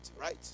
right